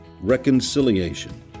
reconciliation